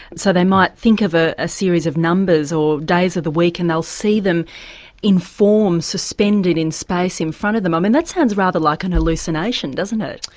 so they might think of ah a series of numbers or days of the week and they'll see them in forms suspended in space in front of them. i mean that sounds rather like a and hallucination, doesn't it?